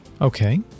Okay